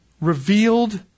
revealed